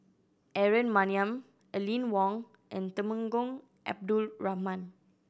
Aaron Maniam Aline Wong and Temenggong Abdul Rahman